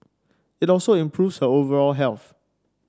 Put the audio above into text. it also improves her overall health